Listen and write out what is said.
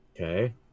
okay